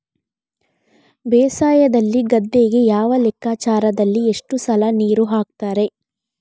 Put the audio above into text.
ಬೇಸಾಯದಲ್ಲಿ ಗದ್ದೆಗೆ ಯಾವ ಲೆಕ್ಕಾಚಾರದಲ್ಲಿ ಎಷ್ಟು ಸಲ ನೀರು ಹಾಕ್ತರೆ?